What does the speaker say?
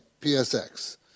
PSX